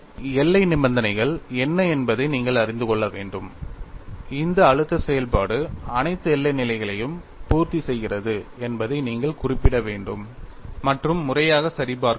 எல்லை நிபந்தனைகள் என்ன என்பதை நீங்கள் அறிந்து கொள்ள வேண்டும் இந்த அழுத்த செயல்பாடு அனைத்து எல்லை நிலைகளையும் பூர்த்தி செய்கிறது என்பதை நீங்கள் குறிப்பிட வேண்டும் மற்றும் முறையாக சரிபார்க்க வேண்டும்